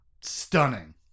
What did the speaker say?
stunning